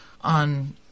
on